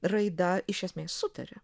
raida iš esmės sutaria